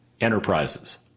enterprises